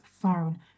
phone